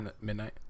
Midnight